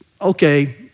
okay